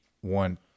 one